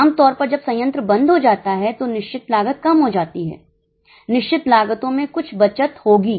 आम तौर पर जब संयंत्र बंद हो जाता है तो निश्चित लागत कम हो जाएगी निश्चित लागतों में कुछ बचत होगी